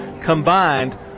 combined